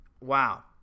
Wow